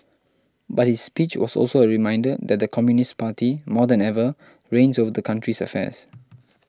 but his speech was also a reminder that the Communist Party more than ever reigns over the country's affairs